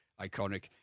iconic